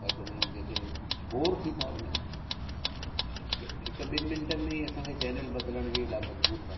छा चवंदा आहिनि जंहिंखे बोर थी था वञू हिकु ॿिनि मिंटनि में ई असांखे चेनल बदिलण जे लाइ मज़बूर था कनि